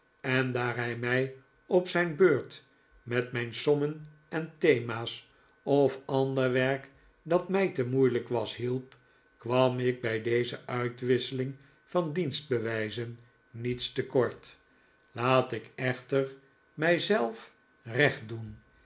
en daar hij mij op zijn beurt met mijn sommen en thema's of ander werk dat mij te moeilijk was hielp kwam ik bij deze uitwisseling van dienstbewijzen niet te kort laat ik echter mij zelf recht doen